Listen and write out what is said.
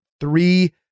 three